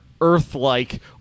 Earth-like